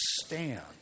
stand